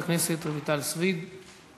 הצעות לסדר-היום מס' 3060,